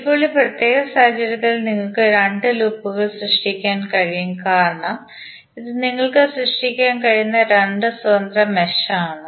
ഇപ്പോൾ ഈ പ്രത്യേക സാഹചര്യത്തിൽ നിങ്ങൾക്ക് രണ്ട് ലൂപ്പുകൾ സൃഷ്ടിക്കാൻ കഴിയും കാരണം ഇത് നിങ്ങൾക്ക് സൃഷ്ടിക്കാൻ കഴിയുന്ന രണ്ട് സ്വതന്ത്ര മെഷ് ആണ്